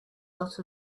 dot